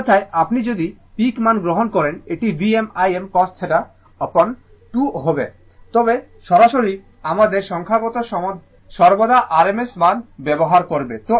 অন্যথায় আপনি যদি পিক মান গ্রহণ করেন এটি Vm Im cos θ অ্যাপন 2 হবে তবে সাধারণত আমাদের সংখ্যাগতে সর্বদা rms মান ব্যবহার করবে